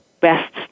best